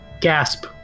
gasp